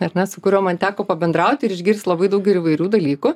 ar ne su kuriuo man teko pabendrauti ir išgirsti labai daug įvairių dalykų